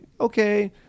okay